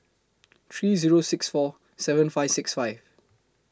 three Zero six four seven five six five